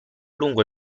lungo